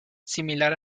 similar